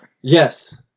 Yes